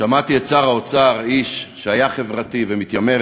שמעתי את שר האוצר, האיש שהיה חברתי, ומתיימר